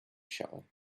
showing